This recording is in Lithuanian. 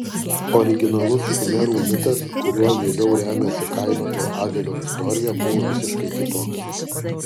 originalus šumerų mitas kuriuo vėliau remiasi kaino ir abelio istorija buvo visiškai kitoks